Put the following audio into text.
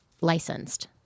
licensed